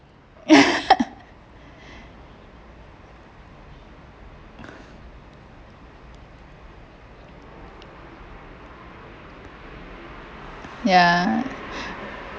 ya